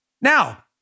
Now